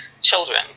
children